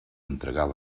entregar